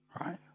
Right